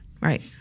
right